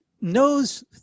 knows